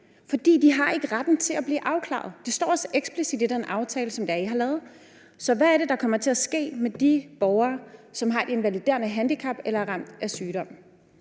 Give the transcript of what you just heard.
for de har ikke retten til at blive afklaret. Det står også eksplicit i den aftale, som I har lavet. Så hvad er det, der kommer til at ske med de borgere, som har invaliderende handicap eller er ramt af sygdom?